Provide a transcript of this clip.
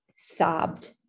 sobbed